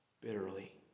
bitterly